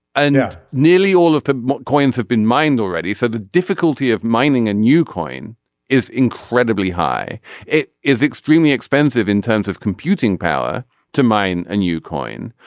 i know nearly all of the coins have been mined already. so the difficulty of mining a new coin is incredibly high it is extremely expensive in terms of computing power to mine a new coin.